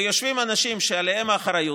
ויושבים אנשים שעליהם האחריות,